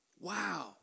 Wow